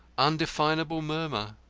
undefinable murmur.